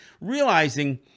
realizing